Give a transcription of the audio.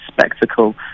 spectacle